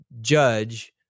judge